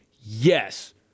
yes